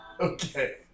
Okay